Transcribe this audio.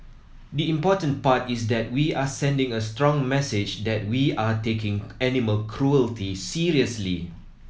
the important part is that we are sending a strong message that we are taking animal cruelty seriously